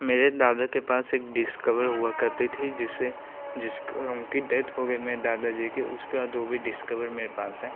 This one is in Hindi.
मेरे दादा के पास एक डिस्कवर हुआ करती थी जिसे जिस उनकी डेथ हो गई मेरे दादा जी की उसका तो भी डिस्कवर मेरे पास है